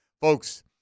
folks